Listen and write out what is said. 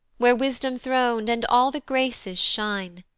where wisdom thron'd, and all the graces shine,